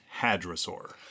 hadrosaur